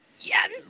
Yes